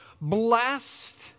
Blessed